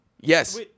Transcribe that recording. Yes